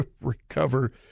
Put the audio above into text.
recover